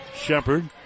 Shepard